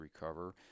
recover